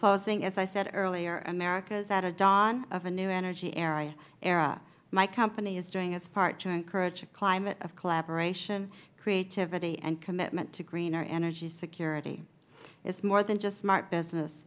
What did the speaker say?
closing as i said earlier america is at a dawn of a new energy era my company is doing its part to encourage a climate of collaboration creativity and commitment to greener energy security it is more than just smart business